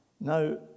Now